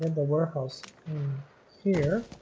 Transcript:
the workhouse here